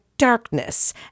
darkness